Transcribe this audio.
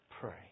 pray